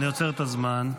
אני עוצר את הזמן.